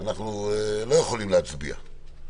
אנחנו לא יכולים להצביע.